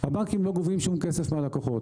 הבנקים לא גובים שום כסף מהלקוחות.